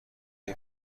های